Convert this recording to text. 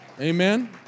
Amen